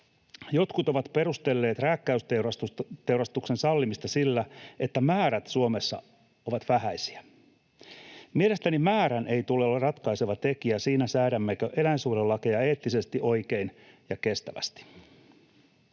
Jotkut ovat perustelleet rääkkäysteurastuksen sallimista sillä, että määrät Suomessa ovat vähäisiä. Mielestäni määrän ei tule olla ratkaiseva tekijä siinä, säädämmekö eläinsuojelulakeja eettisesti oikein ja kestävästi.